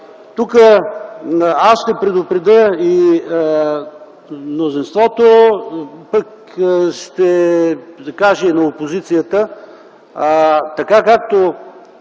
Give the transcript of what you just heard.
тук ще предупредя и мнозинството, пък ще кажа и на опозицията. Така, както